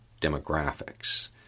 demographics